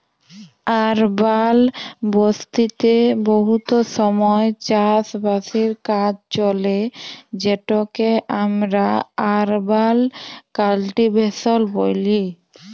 আরবাল বসতিতে বহুত সময় চাষ বাসের কাজ চলে যেটকে আমরা আরবাল কাল্টিভেশল ব্যলি